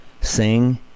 sing